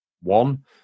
One